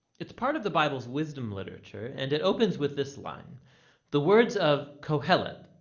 it's part of the bible's wisdom literature and it opens with this line the words of qohelet,